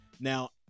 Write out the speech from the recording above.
Now